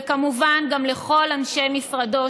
וכמובן גם לכל אנשי משרדו,